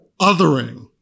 othering